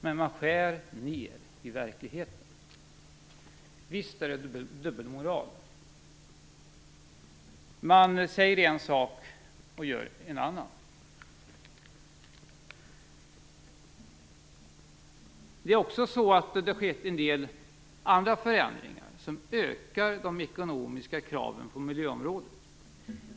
Men man skär ned i verkligheten. Visst är det dubbelmoral. Man säger en sak och gör en annan. Det har också skett en del andra förändringar, som ökar de ekonomiska kraven på miljöområdet.